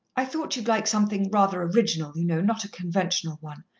i thought you'd like something rather original, you know, not a conventional one.